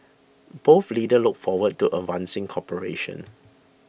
both leaders look forward to advancing cooperation